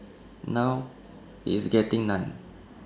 now it's getting none